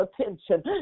attention